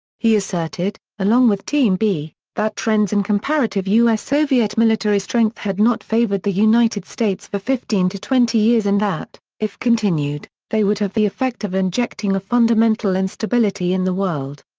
he asserted, along with team b, that trends in comparative u s soviet military strength had not favored the united states for fifteen to twenty years and that, if continued, they would have the effect of injecting a fundamental instability in the world.